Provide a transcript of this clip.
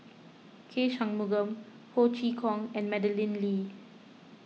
K Shanmugam Ho Chee Kong and Madeleine Lee